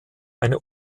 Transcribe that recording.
eine